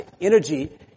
energy